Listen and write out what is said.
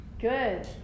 Good